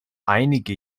einige